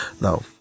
no